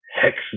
hex